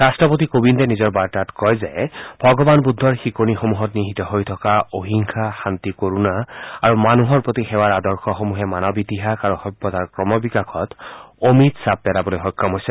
ৰট্টপতি কোবিন্দে নিজৰ বাৰ্তাত কয় যে ভগৱান বুদ্ধৰ শিকণি সমূহত নিহিত হৈ থকা অহিংসা শান্তি কৰুণা আৰু মানুহৰ প্ৰতি সেৱাৰ আদৰ্শ সমূহে মানৱ ইতিহাস আৰু সভ্যতাৰ ক্ৰমবিকাশত অমিত চাপ পেলাবলৈ সক্ষম হৈছে